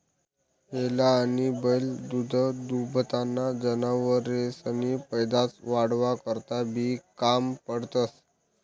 हेला आनी बैल दूधदूभताना जनावरेसनी पैदास वाढावा करता बी काम पडतंस